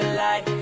light